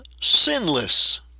sinless